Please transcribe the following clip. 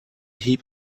heap